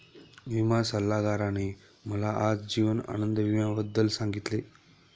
विमा सल्लागाराने मला आज जीवन आनंद विम्याबद्दल सांगितले